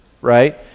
right